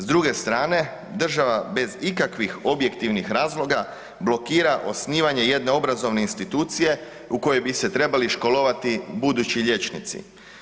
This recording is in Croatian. S druge strane, država bez ikakvih objektivnih razloga blokira osnivanje jedne obrazovne institucije u kojoj bi se trebali školovati budući liječnici.